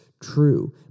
true